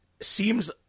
seems